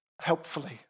helpfully